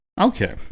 Okay